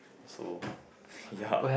so ya